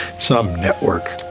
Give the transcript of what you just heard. some networks